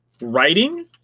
writing